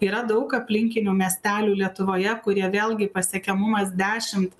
yra daug aplinkinių miestelių lietuvoje kurie vėlgi pasiekiamumas dešimt